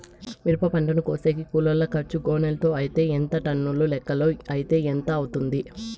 మిరప పంటను కోసేకి కూలోల్ల ఖర్చు గోనెలతో అయితే ఎంత టన్నుల లెక్కలో అయితే ఎంత అవుతుంది?